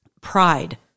pride